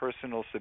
personal